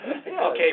Okay